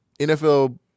NFL